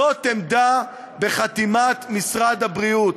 זו עמדה בחתימת משרד הבריאות,